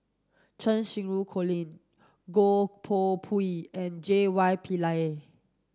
Cheng Xinru Colin Goh Koh Pui and J Y Pillay